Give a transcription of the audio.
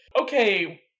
okay